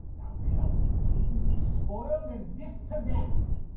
thou shalt be clean despoiled and dispossessed.